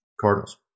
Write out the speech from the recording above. Cardinals